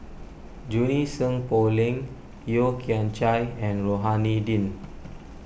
Junie Sng Poh Leng Yeo Kian Chye and Rohani Din